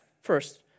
first